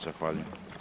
Zahvaljujem.